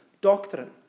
doctrine